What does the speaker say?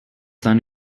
then